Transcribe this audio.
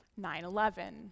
9-11